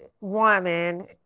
woman